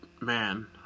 man